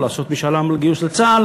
או לעשות משאל עם על גיוס לצה"ל,